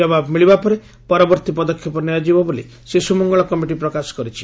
ଜବାବ ମିଳିବା ପରେ ପରବର୍ତ୍ତୀ ପଦକ୍ଷେପ ନିଆଯିବ ବୋଲି ଶିଶୁ ମଙ୍ଗଳ କମିଟି ପକାଶ କରିଛି